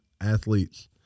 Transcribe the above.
athletes